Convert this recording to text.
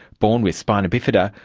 born with spina bifida.